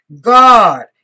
God